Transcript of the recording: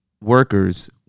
workers